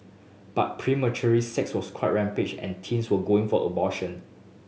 but sex was quite rampant and teens were going for abortion